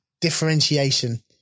differentiation